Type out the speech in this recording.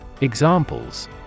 Examples